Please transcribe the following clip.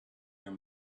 your